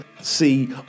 see